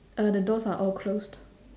uh the doors are all closed